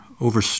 over